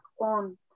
on